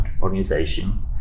organization